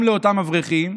גם לאותם אברכים,